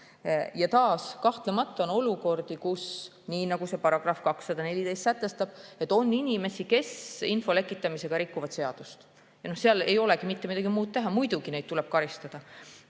Taas, kahtlemata on olukordi, kus nii nagu § 214 sätestab, on inimesi, kes info lekitamisega rikuvad seadust. Seal ei olegi mitte midagi muud teha, muidugi tuleb neid karistada.